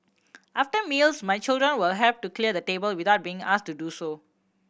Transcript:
after meals my children will help to clear the table without being asked to do so